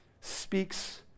Speaks